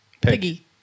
Piggy